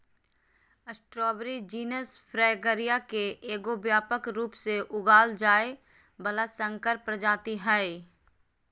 strawberry genus Fragaria के एगो व्यापक रूप से उगाल जाय वला संकर प्रजाति हइ